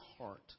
heart